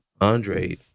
Andre